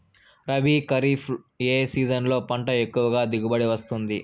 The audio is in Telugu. రబీ, ఖరీఫ్ ఏ సీజన్లలో పంట ఎక్కువగా దిగుబడి వస్తుంది